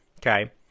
okay